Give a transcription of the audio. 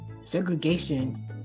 segregation